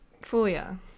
Fulia